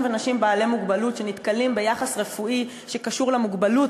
ונשים בעלי מוגבלות שנתקלים ביחס רפואי שקשור למוגבלות